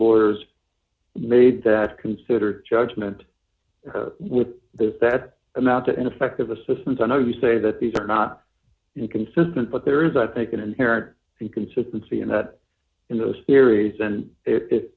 lawyers made that consider judgment with this that and that the ineffective assistance i know you say that these are not inconsistent but there is i think an inherent inconsistency in that in those theories and if